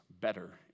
better